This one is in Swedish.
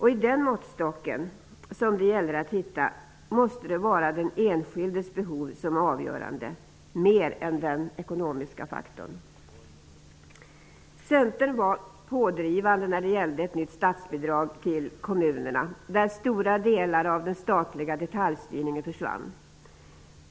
I den måttstocken, som det gäller att hitta, måste den enskildes behov vara mer avgörande än den ekonomiska faktorn. Centern var pådrivande när det gällde ett nytt statsbidrag till kommunerna. Stora delar av den statliga detaljstyrningen försvann.